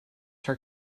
her